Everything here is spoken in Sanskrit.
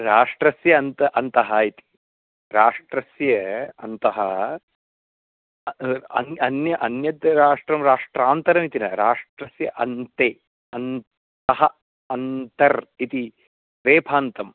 राष्ट्रस्य अन्तः अन्तः इति राष्ट्रस्य अन्तः अन्यः अन्यत् राष्ट्रं राष्ट्रान्तरमिति न राष्ट्रस्य अन्ते अन्तः अन्तर् इति रेफान्तम्